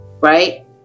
Right